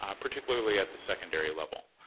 um particularly at the secondary level.